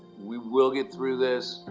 we will get through this.